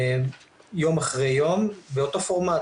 יום אחרי יום, באותו פורמט.